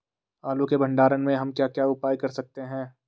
आलू के भंडारण में हम क्या क्या उपाय कर सकते हैं?